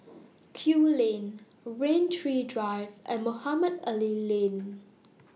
Kew Lane Rain Tree Drive and Mohamed Ali Lane